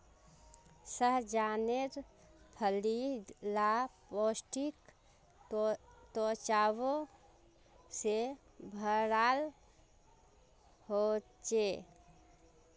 सह्जानेर फली ला पौष्टिक तत्वों से भराल होचे